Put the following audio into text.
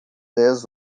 dez